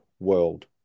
World